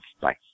Bye